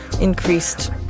increased